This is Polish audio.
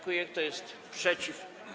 Kto jest przeciw?